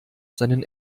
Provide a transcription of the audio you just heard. seinen